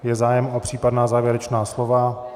Je zájem o případná závěrečná slova?